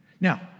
Now